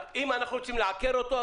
אז אם אנחנו רוצים לעקר אותו,